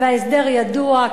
וההסדר ידוע.